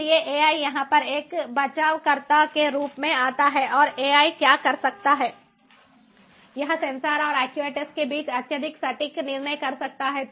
इसलिए AI यहाँ पर एक बचावकर्ता के रूप में आता है और AI क्या कर सकता है यह सेंसर और एक्ट्यूएटर्स के बीच अत्यधिक सटीक निर्णय कर सकता है